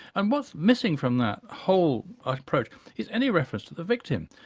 and what's missing from that whole approach is any reference to the victim.